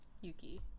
Yuki